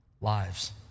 lives